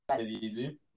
easy